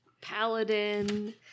paladin